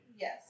yes